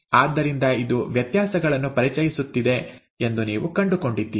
ಆದ್ದರಿಂದ ಇದು ವ್ಯತ್ಯಾಸಗಳನ್ನು ಪರಿಚಯಿಸುತ್ತಿದೆ ಎಂದು ನೀವು ಕಂಡುಕೊಂಡಿದ್ದೀರಿ